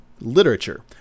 Literature